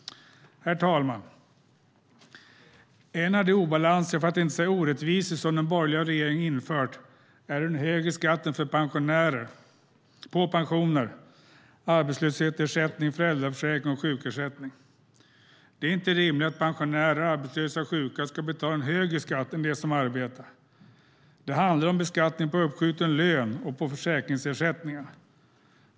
Herr talman! En av de obalanser, för att inte säga orättvisor, som den borgerliga regeringen infört är den högre skatten på pensioner, arbetslöshetsersättning, föräldraförsäkring och sjukersättning. Det är inte rimligt att pensionärer, arbetslösa och sjuka ska betala en högre skatt än de som arbetar. Det handlar om beskattning på uppskjuten lön och på försäkringsersättningar.